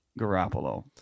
Garoppolo